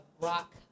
rock